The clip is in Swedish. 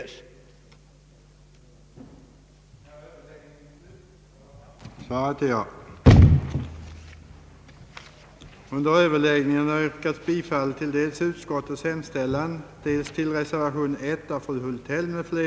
lerna och att således också dessa byggnader skulle bliva statsbidragsberättigade.